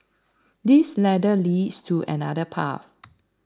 this ladder leads to another path